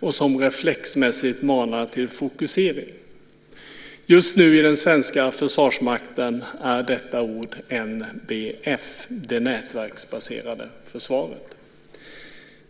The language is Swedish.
och som reflexmässigt manar till fokusering. I den svenska Försvarsmakten är detta ord just nu NBF - det nätverksbaserade försvaret.